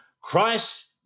Christ